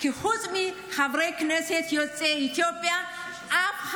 כי חוץ מחברי כנסת יוצאי אתיופיה אף